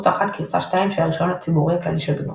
תחת גרסה 2 של הרישיון הציבורי הכללי של גנו.